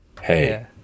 Hey